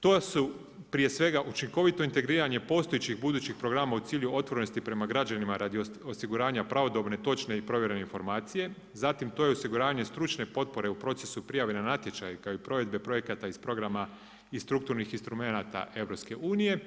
To su prije svega učinkovito integriranje postojećih budućih programa u cilju otvorenosti prema građanima radi osiguranja pravodobne točne i provjerene informacije zatim to je osiguranje stručne potpore u procesu prijave na natječaj kao i provedbe projekata iz programa i strukturnih instrumenata EU.